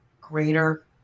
greater